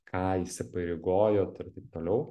ką įsipareigojot ir taip toliau